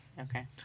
Okay